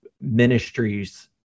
ministries